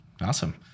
awesome